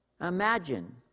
Imagine